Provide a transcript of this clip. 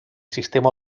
sistema